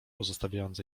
pozostawiając